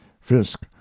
Fisk